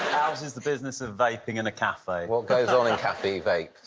ours is the business of vaping in a cafe. what goes on in cafe vape